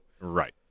Right